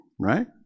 right